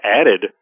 added